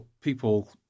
people